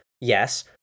Yes